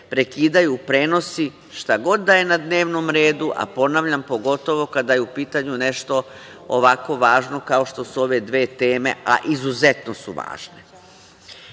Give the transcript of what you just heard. prekidaju prenosi, šta god da je na dnevnom redu, a ponavljam, pogotovo kada je u pitanju nešto ovako važno kao što su ove dve teme, a izuzetno su